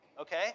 okay